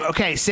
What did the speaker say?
Okay